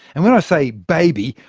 and when i say baby,